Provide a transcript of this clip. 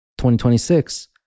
2026